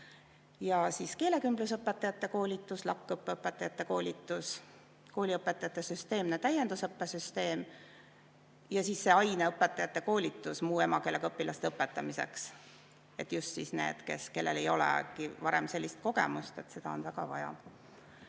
edasi. Keelekümblusõpetajate koolitus, LAK-õppe õpetajate koolitus, kooliõpetajate süsteemne täiendusõppe süsteem ja siis see aineõpetajate koolitus muu emakeelega õpilaste õpetamiseks. Just nendele, kellel ei ole varem sellist kogemust olnud – seda on väga vaja.